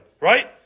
right